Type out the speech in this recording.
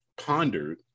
pondered